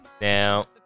Now